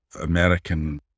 American